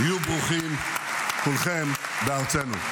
היו ברוכים כולכם בארצנו.